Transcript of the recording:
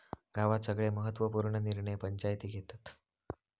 गावात सगळे महत्त्व पूर्ण निर्णय पंचायती घेतत